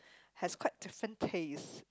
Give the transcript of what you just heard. has quite different taste